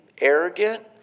arrogant